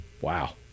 wow